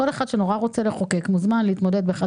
כל אחד שנורא רוצה לחוקק מוזמן להתמודד באחת